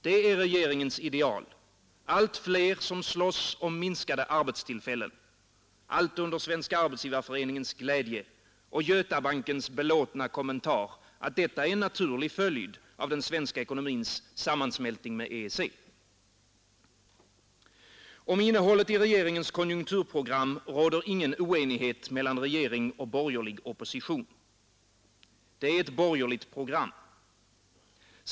Det är regeringens ideal: allt fler som slåss om minskade arbetstillfällen — allt under Svenska arbetsgivareföreningens glädje och Götabankens belåtna kommentar, att detta är en naturlig följd av den svenska ekonomins sammansmältning med EEC. Om innehållet i regeringens konjunkturprogram råder ingen oenighet mellan regering och borgerlig opposition. Det är ett borgerligt program.